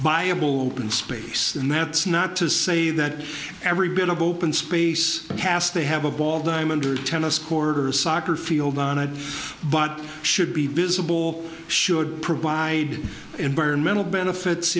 buyable open space and that's not to say that every bit of open space cast they have a ball diamond or tennis court or soccer field on it but should be visible should provide environmental benefits